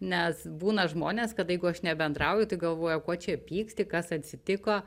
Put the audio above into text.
nes būna žmonės kad jeigu aš nebendrauju tai galvoja ko čia pykti kas atsitiko